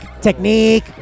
Technique